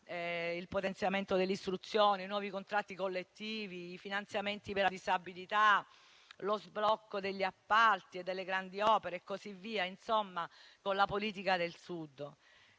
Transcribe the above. il potenziamento dell'istruzione, i nuovi contratti collettivi, i finanziamenti per la disabilità, lo sblocco degli appalti e delle grandi opere, la politica del Sud.